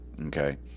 okay